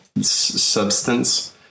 substance